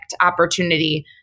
opportunity